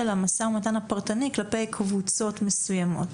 המשא ומתן הפרטני כלפי קבוצות מסוימות,